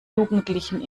jugendlichen